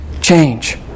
change